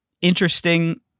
interesting